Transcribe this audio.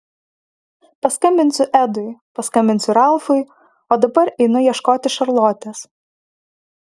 paskambinsiu edui paskambinsiu ralfui o dabar einu ieškoti šarlotės